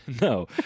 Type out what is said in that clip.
no